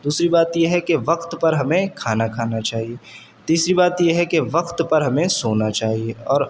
دوسری بات یہ ہے کہ وقت پر ہمیں کھانا کھانا چاہیے تیسری بات یہ ہے کہ وقت پر ہمیں سونا چاہیے اور